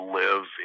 live